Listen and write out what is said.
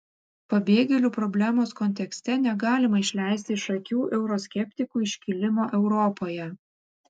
pabėgėlių problemos kontekste negalima išleisti iš akių euroskeptikų iškilimo europoje